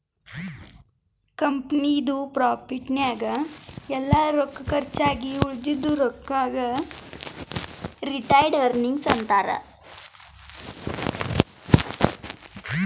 ಕಂಪನಿದು ಪ್ರಾಫಿಟ್ ನಾಗ್ ಎಲ್ಲಾ ರೊಕ್ಕಾ ಕರ್ಚ್ ಆಗಿ ಉಳದಿದು ರೊಕ್ಕಾಗ ರಿಟೈನ್ಡ್ ಅರ್ನಿಂಗ್ಸ್ ಅಂತಾರ